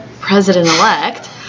president-elect